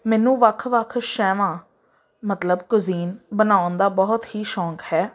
ਮੈਨੂੰ ਵੱਖ ਵੱਖ ਸ਼ਹਿਵਾਂ ਮਤਲਬ ਕੋਜ਼ੀਨ ਬਣਾਉਣ ਦਾ ਬਹੁਤ ਹੀ ਸ਼ੌਂਕ ਹੈ